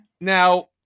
Now